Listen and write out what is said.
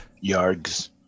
yards